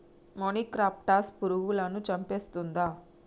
మొనిక్రప్టస్ పురుగులను చంపేస్తుందా?